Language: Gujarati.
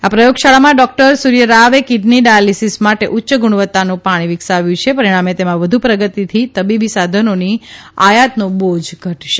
આ પ્રયોગશાળામાં ડોકટર સૂર્થરાવે કીડની ડાયાલીસીસ માટે ઉચ્ય ગુણવત્તાનું પાણી વિકસાવ્યું છે પરિણામે તેમા વધુ પ્રગતિથી તબીબી સાધનોની આયાતનો બોજ ઘટશે